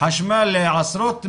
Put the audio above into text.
חשמל לעשרות משפחות,